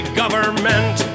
government